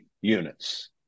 units